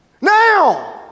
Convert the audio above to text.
Now